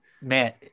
man